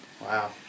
Wow